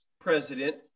president